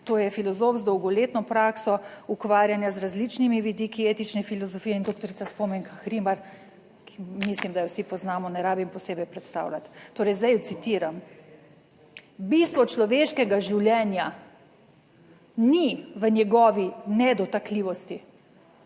to je filozof z dolgoletno prakso ukvarjanja z različnimi vidiki etične filozofije in doktorica Spomenka Hribar, ki mislim, da jo vsi poznamo, ne rabim posebej predstavljati. Torej zdaj jo citiram: "Bistvo človeškega življenja ni v njegovi nedotakljivosti,